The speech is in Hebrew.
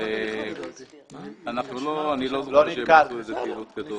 לא נתקלתי בפעילות כזאת.